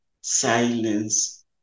silence